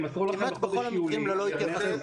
כמעט בכל המקרים ללא התייחסות.